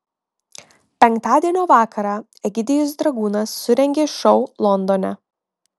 penktadienio vakarą egidijus dragūnas surengė šou londone